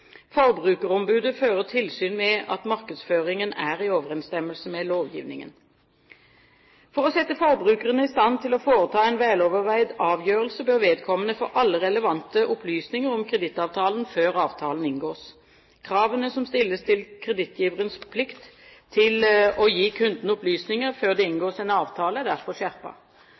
Forbrukerombudet fører tilsyn med at markedsføringen er i overensstemmelse med lovgivningen. For å sette forbrukeren i stand til å foreta en veloverveid avgjørelse bør vedkommende få alle relevante opplysninger om kredittavtalen før avtalen inngås. Kravene som stilles til kredittgiverens plikt til å gi kunden opplysninger før det inngås en avtale, er derfor